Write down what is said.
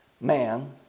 man